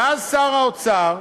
ואז שר האוצר,